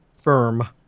firm